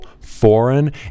foreign